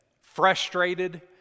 frustrated